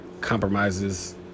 compromises